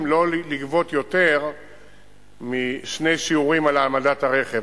לא לגבות יותר משני שיעורים על העמדת הרכב.